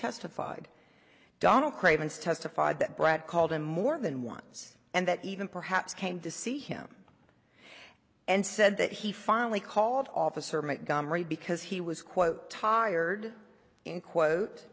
testified donal craven's testified that brad called him more than once and that even perhaps came to see him and said that he finally called officer mike gambari because he was quote tired in quote